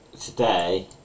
Today